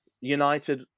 United